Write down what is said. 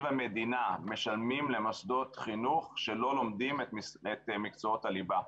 המדינה משלמים למוסדות חינוך שלא לומדים את מקצועות הליבה.